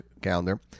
calendar